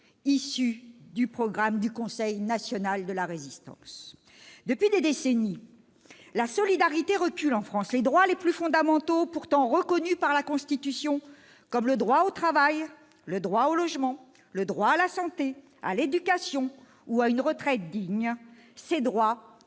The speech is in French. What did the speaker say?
issu du programme du Conseil national de la Résistance. Depuis des décennies, la solidarité recule en France. Les droits les plus fondamentaux, pourtant reconnus par la Constitution, comme le droit au travail, le droit au logement, le droit à la santé, à l'éducation ou à une retraite digne, sont